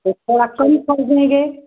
कुछ थोड़ा कम कर देंगे